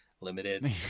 limited